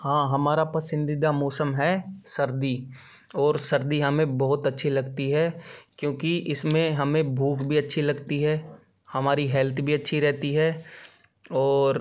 हाँ हमारा पसंदीदा मौसम है सर्दी और सर्दी हमें बहुत अच्छी लगती है क्योंकि इसमें हमें भूख भी अच्छी लगती है हमारी हेल्थ भी अच्छी रहती है और